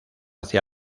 hacia